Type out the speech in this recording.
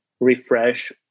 refresh